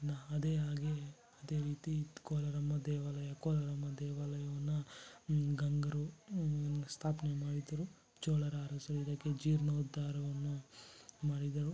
ನಾ ಅದೇ ಹಾಗೆ ಅದೇ ರೀತಿ ಕೋಲಾರಮ್ಮ ದೇವಾಲಯ ಕೋಲಾರಮ್ಮ ದೇವಾಲಯವನ್ನು ಗಂಗರು ಸ್ಥಾಪನೆ ಮಾಡಿದ್ದರು ಚೋಳರ ಅರಸರು ಇದಕ್ಕೆ ಜೀರ್ಣೋದ್ದಾರವನ್ನು ಮಾಡಿದರು